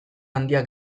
handiak